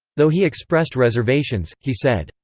though he expressed reservations, he said,